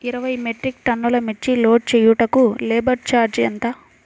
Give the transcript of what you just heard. ఇరవై మెట్రిక్ టన్నులు మిర్చి లోడ్ చేయుటకు లేబర్ ఛార్జ్ ఎంత?